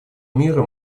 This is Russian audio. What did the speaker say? мира